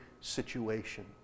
situation